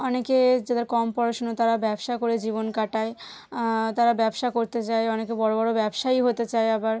অনেকে যাদের কম পড়াশুনো তারা ব্যবসা করে জীবন কাটায় তারা ব্যবসা করতে যায় অনেকে বড় বড় ব্যবসায়ী হতে চায় আবার